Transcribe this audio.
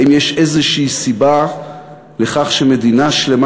האם יש איזושהי סיבה לכך שמדינה שלמה